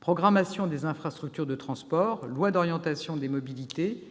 Programmation des infrastructures de transport, projet de loi d'orientation sur les mobilités,